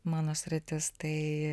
mano sritis tai